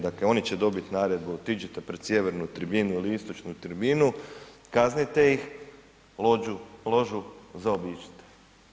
Dakle, oni će dobiti naredbu otiđite pred sjevernu tribinu ili istočnu tribinu, kaznite ih, ložu zaobiđite.